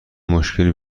مشکلی